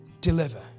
deliver